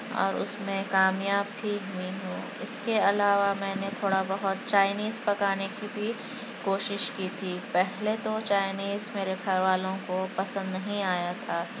اور اُس میں کامیاب بھی ہوئی ہوں اِس کے علاوہ میں نے تھوڑا بہت چائنیز پکانے کی بھی کوشش کی تھی پہلے تو چائنیز میرے گھر والوں کو پسند نہیں آیا تھا